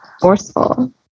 forceful